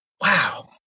wow